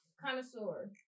connoisseur